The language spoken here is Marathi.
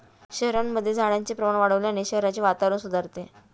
शहरांमध्ये झाडांचे प्रमाण वाढवल्याने शहराचे वातावरण सुधारते